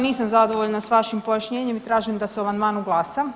Nisam zadovoljna s vašim pojašnjenjem i tražim da se o amandmanu glasa.